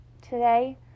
today